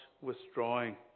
withdrawing